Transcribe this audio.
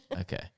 Okay